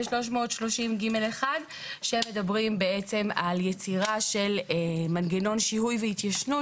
ב-330ג1 שמדברים על יצירה של מנגנון שיהוי והתיישנות,